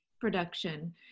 production